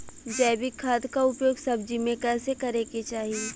जैविक खाद क उपयोग सब्जी में कैसे करे के चाही?